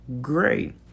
great